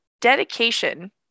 dedication